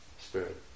spirit